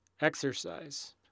exercise